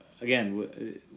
again